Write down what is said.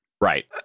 Right